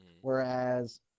Whereas